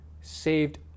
saved